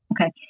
okay